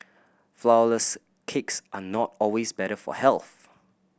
flourless cakes are not always better for health